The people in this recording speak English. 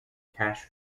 cash